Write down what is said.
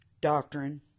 doctrine